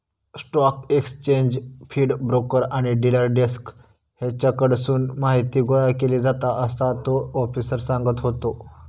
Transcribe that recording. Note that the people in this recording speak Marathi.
स्टॉक एक्सचेंज फीड, ब्रोकर आणि डिलर डेस्क हेच्याकडसून माहीती गोळा केली जाता, असा तो आफिसर सांगत होतो